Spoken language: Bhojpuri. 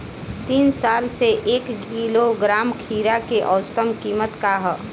तीन साल से एक किलोग्राम खीरा के औसत किमत का ह?